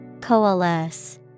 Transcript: Coalesce